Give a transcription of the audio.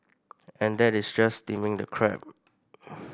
and that is just steaming the crab